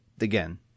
again